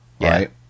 right